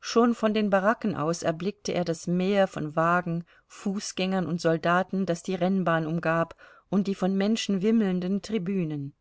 schon von den baracken aus erblickte er das meer von wagen fußgängern und soldaten das die rennbahn umgab und die von menschen wimmelnden tribünen